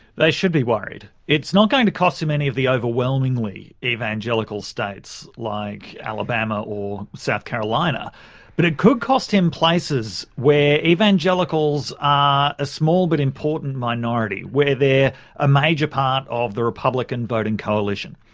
they should be worried. it's not going to cost him any of the overwhelmingly evangelical states like alabama or south carolina but it could cost him places where evangelicals are a small but important minority, where they're a major part of the republican voting coalition.